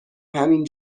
همین